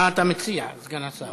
מה אתה מציע, סגן השר?